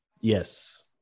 Yes